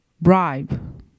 Bribe